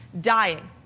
dying